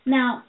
Now